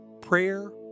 Prayer